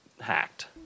hacked